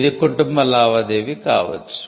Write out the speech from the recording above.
ఇది కుటుంబ లావాదేవి కావచ్చు